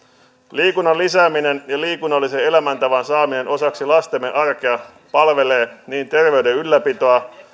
liikunnan lisääminen ja liikunnallisen elämäntavan saaminen osaksi lastemme arkea palvelee niin terveyden ylläpitoa